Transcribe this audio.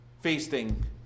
feasting